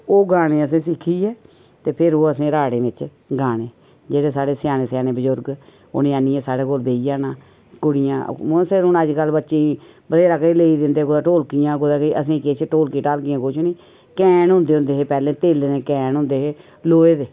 ते ओह् गाने असें सिक्खियै ते फ्ही असें ओह् राड़ें बिच्च गाने जेह्ड़े साढ़े स्याने स्याने बुजुर्ग उ'नें आह्नियै साढ़े कोल बेई जाना कुड़ियां उ'आं अज्ज कल्ल बच्चें गी बथेह्रा केश लेई दिंदे कुतै ढोलकियां कुतै केश असें गी केश ढोल्की ढाल्की केश नी कैन हुंदे होंदे हे पैह्ले तेले दे कैन होंदे हे लोहे दे